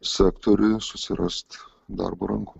sektoriui susirast darbo rankų